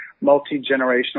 multi-generational